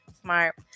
Smart